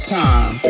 time